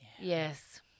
Yes